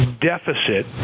deficit